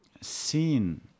seen